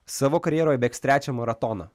savo karjeroje bėgs trečią maratoną